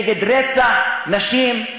נגד רצח נשים,